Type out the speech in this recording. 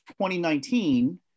2019